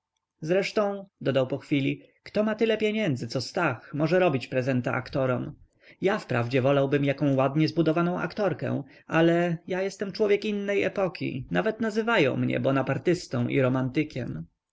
zresztą dodał po chwili kto ma tyle pieniędzy co stach może robić prezenta aktorom ja wprawdzie wolałbym jaką ładnie zbudowaną aktorkę ale ja jestem człowiek innej epoki nawet nazywają mnie bonapartystą i romantykiem